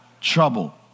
trouble